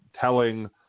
telling